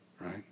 right